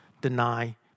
deny